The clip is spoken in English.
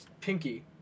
pinky